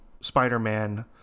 Spider-Man